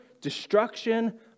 destruction